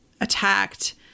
attacked